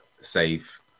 safe